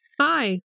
Hi